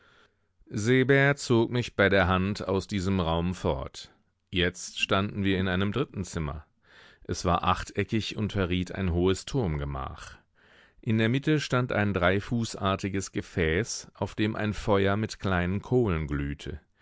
seebär zog mich bei der hand aus diesem raum fort jetzt standen wir in einem dritten zimmer es war achteckig und verriet ein hohes turmgemach in der mitte stand ein dreifußartiges gefäß auf dem ein feuer mit kleinen kohlen glühte